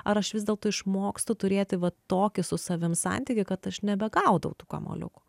ar aš vis dėlto išmokstu turėti va tokį su savim santykį kad aš nebegaudau tų kamuoliukų